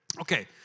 Okay